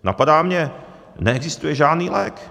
Napadá mě neexistuje žádný lék.